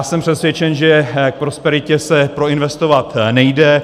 Jsem přesvědčen, že k prosperitě se proinvestovat nejde.